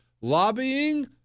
lobbying